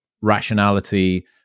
rationality